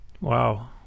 wow